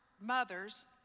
mothers